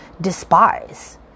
despise